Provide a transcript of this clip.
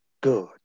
good